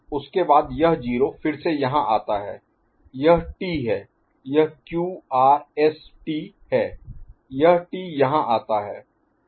उसके बाद यह 0 फिर से यहाँ आता है यह T है यह Q R S T है यह T यहाँ आता है